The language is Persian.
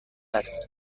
است